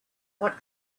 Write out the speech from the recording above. what